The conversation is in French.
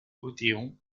odéon